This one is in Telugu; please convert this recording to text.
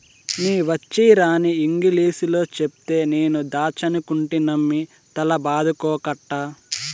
నీ వచ్చీరాని ఇంగిలీసులో చెప్తే నేను దాచ్చనుకుంటినమ్మి తల బాదుకోకట్టా